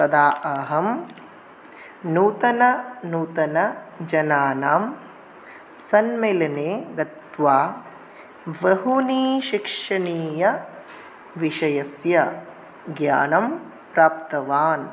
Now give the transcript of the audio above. तदा अहं नूतननूतनजनानां सम्मिलने गत्वा बहूनि शिक्षणीयविषयस्य ज्ञानं प्राप्तवान्